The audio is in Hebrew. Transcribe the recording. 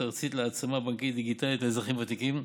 ארציות להעצמה בנקאית דיגיטלית לאזרחים ותיקים,